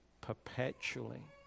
perpetually